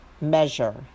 measure